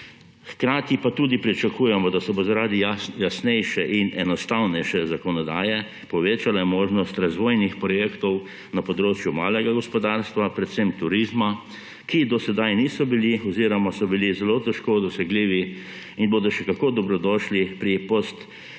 Hkrati pa tudi pričakujemo, da se bo zaradi jasnejše in enostavnejše zakonodaje povečala možnost razvojnih projektov na področju malega gospodarstva, predvsem turizma, ki do sedaj niso bili oziroma so bili zelo težko dosegljivi in bodo še kako dobrodošli pri post-pandemičnemu